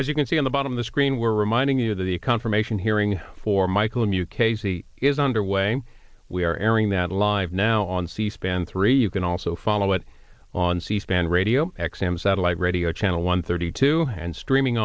as you can see on the bottom of the screen we're reminding you the confirmation hearing for michael mukasey is underway we are airing that live now on c span three you can also follow it on c span radio exim satellite radio channel one thirty two and streaming